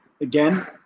again